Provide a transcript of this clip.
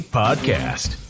podcast